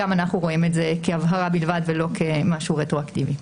גם אנחנו רואים את זה כהבהרה בלבד ולא כמשהו רטרואקטיבי.